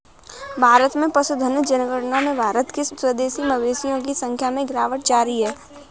भारत में पशुधन जनगणना में भारत के स्वदेशी मवेशियों की संख्या में गिरावट जारी है